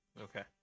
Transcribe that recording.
Okay